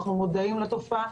אנחנו מודעים לתופעה,